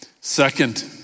Second